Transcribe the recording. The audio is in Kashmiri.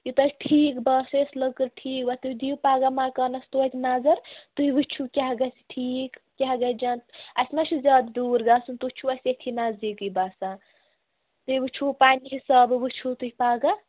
یہِ تۄہہِ ٹھیٖک باسہِ یۄس لٔکٕر ٹھیٖک با تُہۍ دِیِو پگاہ مکانَس توتہِ نظر تُہۍ وُچھُو کیٛاہ گژھِ ٹھیٖک کیٛاہ گژھِ جان اَسہِ ما چھِ زیادٕ دوٗر گژھُن تُہۍ چھُو اَسہِ یتھٕے نٔزدیٖکٕے بسان تُہۍ وُچھُو پَنٕنہِ حسابہٕ وُچھُو تُہۍ پگاہ